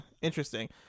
interesting